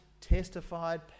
testified